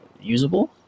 usable